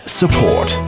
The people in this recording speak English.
support